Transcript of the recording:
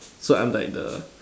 so I'm like the